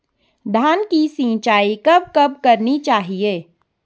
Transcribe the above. धान की सिंचाईं कब कब करनी चाहिये?